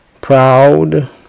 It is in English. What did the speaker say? proud